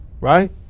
right